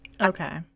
okay